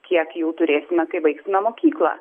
kiek jų turėsime kai baigsime mokyklą